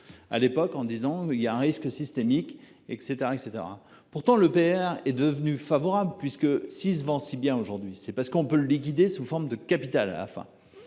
À l'époque en disant il y a un risque systémique et cetera et cetera. Pourtant, l'EPR est devenu favorable puisque six vend si bien aujourd'hui c'est parce qu'on peut liquider sous forme de capital afin.